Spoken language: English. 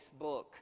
Facebook